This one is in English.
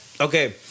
Okay